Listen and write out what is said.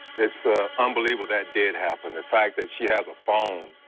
it's ah unbelievable that did happen. the fact that she has a phone,